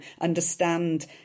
understand